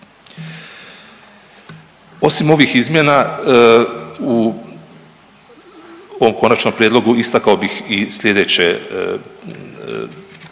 Osim ovih izmjena u ovom konačnom prijedlogu istakao bih i sljedeće